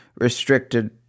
restricted